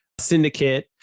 syndicate